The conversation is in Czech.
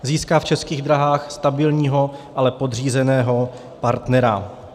Získá v Českých dráhách stabilního, ale podřízeného, partnera.